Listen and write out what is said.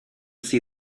see